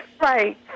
right